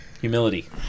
humility